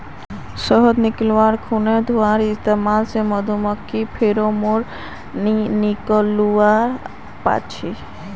शहद निकाल्वार खुना धुंआर इस्तेमाल से मधुमाखी फेरोमोन नि निक्लुआ पाछे